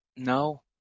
No